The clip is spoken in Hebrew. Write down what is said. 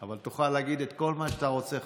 אבל תוכל להגיד כל מה שאתה רוצה,